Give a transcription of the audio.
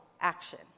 action